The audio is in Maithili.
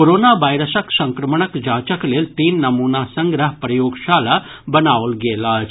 कोरोना वायरसक संक्रमणक जांचक लेल तीन नमूना संग्रह प्रयोगशाला बनाओल गेल अछि